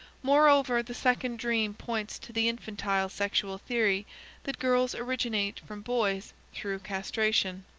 moreover the second dream points to the infantile sexual theory that girls originate from boys through castration.